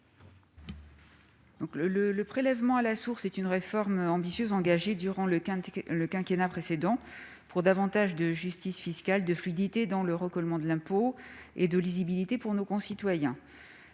Le prélèvement à la source est une réforme ambitieuse, qui a été engagée durant le précédent quinquennat pour garantir davantage de justice fiscale et de fluidité dans le recollement de l'impôt, et de lisibilité pour nos concitoyens.